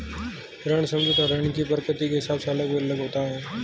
ऋण समझौता ऋण की प्रकृति के हिसाब से अलग अलग होता है